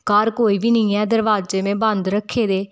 घर कोई बी निं ऐ दरवाजे में बंद रक्खे दे